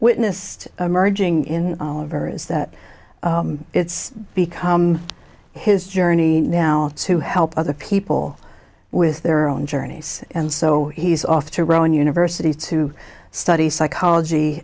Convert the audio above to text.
witnessed emerging in a very is that it's become his journey now to help other people with their own journeys and so he's off to rowan university to study psychology